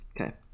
Okay